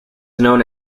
known